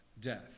death